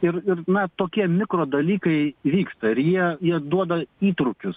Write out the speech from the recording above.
ir ir tokie mikro dalykai vyksta ir jie jie duoda įtrūkius